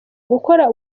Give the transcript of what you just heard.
gukora